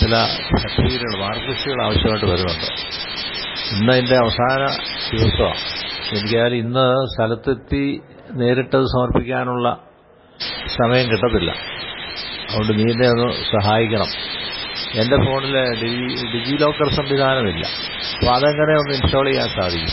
ചില സര്ട്ടിഫിക്കറ്റുകള് മാര്ക്ക് ലിസ്റ്റുകള് ആവശ്യമായിട്ട് വരുന്നുണ്ട് ഇന്നതിന്റെ അവസാന ദിവസമാണ് പക്ഷെ എനിക്കേതായാലും ഇന്ന് സ്ഥലത്തെത്തി നേരിട്ടത് സമര്പ്പിക്കാനുള്ള സമയം കിട്ടത്തില്ല അതുകൊണ്ട് നീ എന്നെ ഒന്നു സഹായിക്കണം എന്റെ ഫോണില് ഡി ഡിജി ലോക്കര് സംവിധാനമില്ല അപ്പോള് അതെങ്ങനെ ഒന്ന് ഇന്സ്റ്റാള് ചെയ്യാന് സാധിക്കും